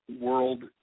world